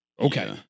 Okay